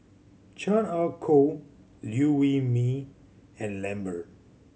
Chan Ah Kow Liew Wee Mee and Lambert